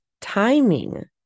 timing